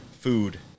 food